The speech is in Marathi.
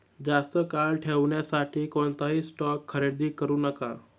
जास्त काळ ठेवण्यासाठी कोणताही स्टॉक खरेदी करू नका